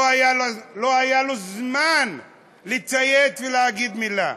לא היה לו זמן לצייץ ולהגיד מילה,